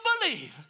believe